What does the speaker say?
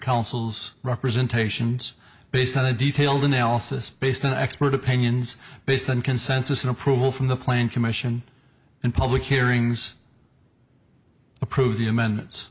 zz representations based on a detailed analysis based on expert opinions based on consensus and approval from the plane commission and public hearings approved the amendments